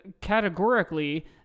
categorically